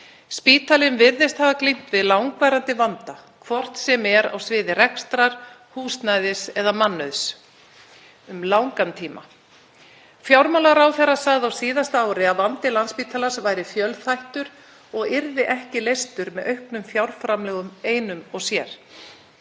Spítalinn virðist hafa glímt við langvarandi vanda, hvort sem er á sviði rekstrar, húsnæðis eða mannauðs, um langan tíma. Fjármálaráðherra sagði á síðasta ári að vandi Landspítalans væri fjölþættur og yrði ekki leystur með auknum fjárframlögum einum og sér.